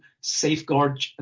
safeguard